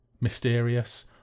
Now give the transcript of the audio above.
mysterious